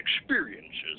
experiences